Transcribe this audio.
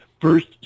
first